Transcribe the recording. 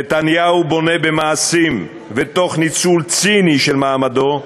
נתניהו בונה במעשים, ותוך ניצול ציני של מעמדו,